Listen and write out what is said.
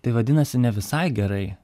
tai vadinasi ne visai gerai